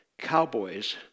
Cowboys